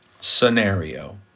scenario